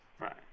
Right